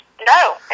no